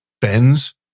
Benz